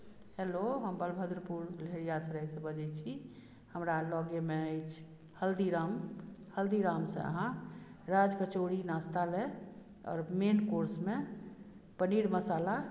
hello हम बलभद्रपुर लेहेरियासरायसँ बजैत छी हमरा लगेमे अछि हल्दीराम हल्दीरामसँ अहाँ राजकचौड़ी नाश्ता लेल आओर मेन कोर्समे पनीर मसाला